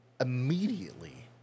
immediately